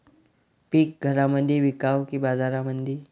पीक घरामंदी विकावं की बाजारामंदी?